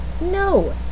No